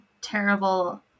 Terrible